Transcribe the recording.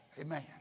Amen